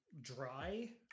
dry